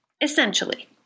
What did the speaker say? essentially